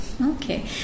Okay